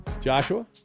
joshua